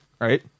Right